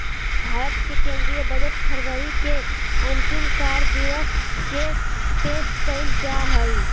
भारत के केंद्रीय बजट फरवरी के अंतिम कार्य दिवस के पेश कइल जा हइ